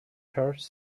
church